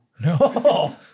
No